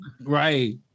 right